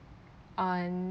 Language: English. on